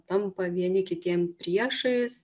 tampa vieni kitiem priešais